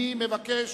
אני מבקש,